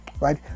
right